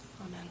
Amen